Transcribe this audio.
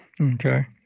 Okay